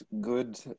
good